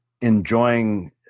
enjoying